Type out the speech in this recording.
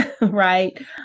right